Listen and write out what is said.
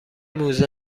موزه